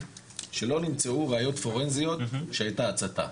שלא נמצאו ראיות פורנזיות שהייתה הצתה.